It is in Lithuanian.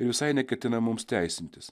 ir visai neketina mums teisintis